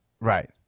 right